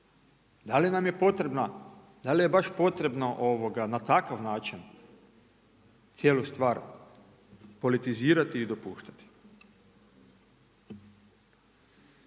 pa dokle to ide? Da li je baš potrebno na takav način cijelu stvar politizirati i dopuštati?